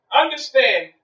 Understand